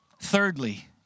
thirdly